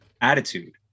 attitude